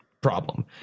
problem